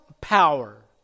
power